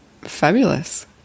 fabulous